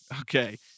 Okay